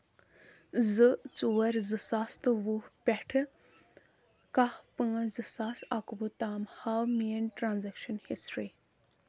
زٕ ژور زٕ ساس تہٕ وُہ پٮ۪ٹھٕ کہہ پانٛژھ زٕ ساس اکوُہ تام ہاو میٲنۍ ٹرانزیکشن ہسٹری